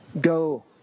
Go